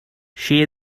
she